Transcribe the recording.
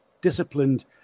disciplined